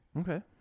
Okay